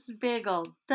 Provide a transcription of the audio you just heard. bagel